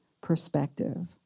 perspective